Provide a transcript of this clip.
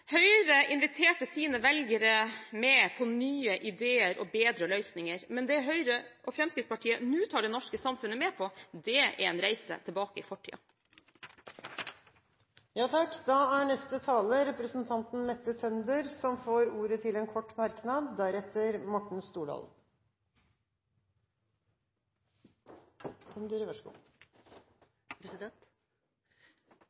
Høyre inviterte sine velgere med på nye ideer og bedre løsninger, men det Høyre og Fremskrittspartiet nå tar det norske samfunnet med på, er en reise tilbake i fortiden. Representanten Mette Tønder har hatt ordet to ganger tidligere og får ordet til en kort merknad,